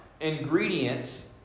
ingredients